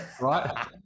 Right